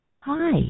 Hi